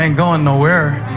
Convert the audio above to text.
and going anywhere.